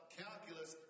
calculus